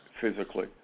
physically